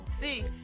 see